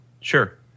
Sure